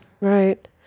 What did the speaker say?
Right